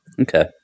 Okay